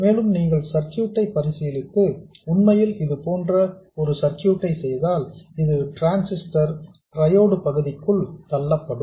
மேலும் நீங்கள் சர்க்யூட் ஐ பரிசீலித்து உண்மையில் இது போன்ற ஒரு சர்க்யூட் ஐ செய்தால் இந்த டிரான்ஸிஸ்டர் ட்ரையோடு பகுதிக்குள் தள்ளப்படும்